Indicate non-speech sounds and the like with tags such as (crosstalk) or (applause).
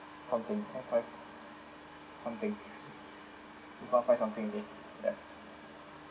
something one five something (laughs) one five something okay ya